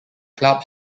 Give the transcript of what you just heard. club